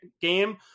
game